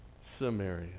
Samaria